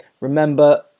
Remember